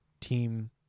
team